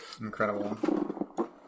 Incredible